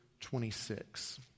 26